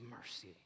mercy